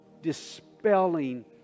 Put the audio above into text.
dispelling